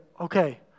okay